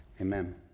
Amen